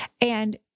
And-